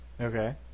Okay